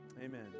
amen